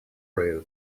rail